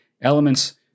elements